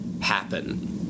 happen